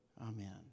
Amen